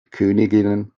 königinnen